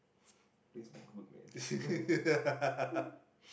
we speak good man